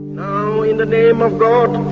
now in the name of god,